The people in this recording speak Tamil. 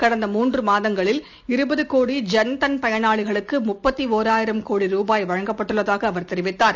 கடந்த மூன்று மாதங்களில் இருபது கோடி ஜன் தன் பயணாளிகளுக்கு முப்பத்து ஒராயிரம் கோடி ரூபாய் வழங்கப்பட்டுள்ளதாக அவர் தெரிவித்தார்